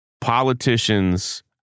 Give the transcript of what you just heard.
politicians